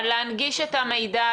להנגיש את המידע,